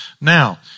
Now